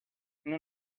non